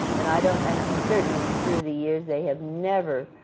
and i don't and ah certainly through the years they have never